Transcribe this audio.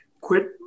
quit